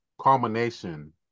culmination